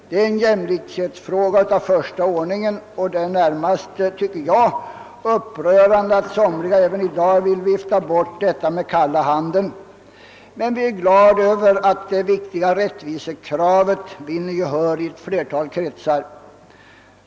Detta är en jämlikhetsfråga av första ordningen och det är närmast upprörande, tycker jag, att somliga i dag vill vifta bort den. Men vi är glada över att detta viktiga rättvisekrav vinner gehör i vida kretsar.